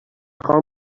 خواهم